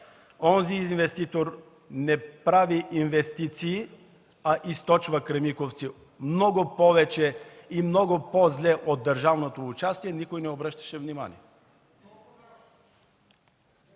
онзи инвеститор не прави инвестиции, а източва Кремиковци много повече и много по-зле от държавното участие, никой не обръщаше внимание.